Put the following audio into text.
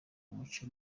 umuco